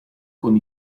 con